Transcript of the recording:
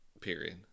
Period